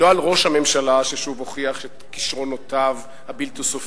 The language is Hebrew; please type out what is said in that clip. לא על ראש הממשלה ששוב הוכיח את כשרונותיו הבלתי-סופיים,